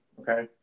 okay